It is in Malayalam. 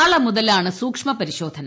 നാളെ മുതലാണ് സൂക്ഷ്മപരിശോധന